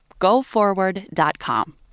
GoForward.com